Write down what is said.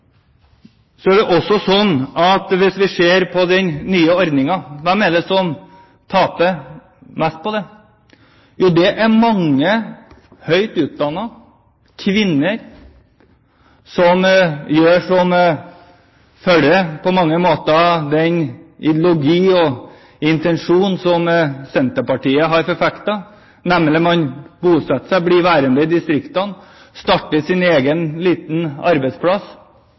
Hvis vi ser på den nye ordningen, hvem er det som taper mest på den? Jo, det er mange høyt utdannede kvinner som på mange måter følger den ideologi og den intensjon som Senterpartiet har forfektet, nemlig at man bosetter seg eller blir værende i distriktene og starter sin egen lille arbeidsplass,